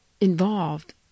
involved